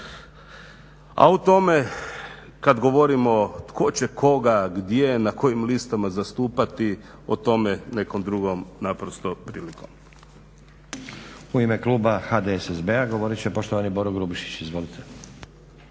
A o tome kad govorimo tko će koga, gdje, na kojim listama zastupati, o tome nekom drugom prilikom.